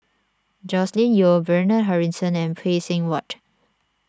Joscelin Yeo Bernard Harrison and Phay Seng Whatt